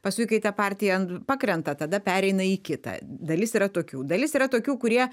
paskui kai ta partija pakrenta tada pereina į kitą dalis yra tokių dalis yra tokių kurie